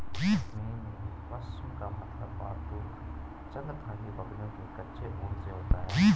कश्मीर में, पश्म का मतलब पालतू चंगथांगी बकरियों के कच्चे ऊन से होता है